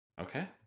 Okay